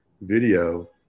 video